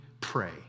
pray